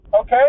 Okay